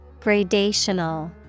Gradational